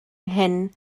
nghyn